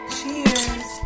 Cheers